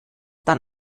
dann